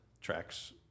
tracks